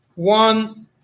One